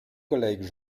collègues